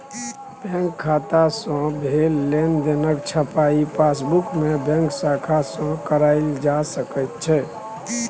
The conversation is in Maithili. बैंक खाता सँ भेल लेनदेनक छपाई पासबुकमे बैंक शाखा सँ कराएल जा सकैत छै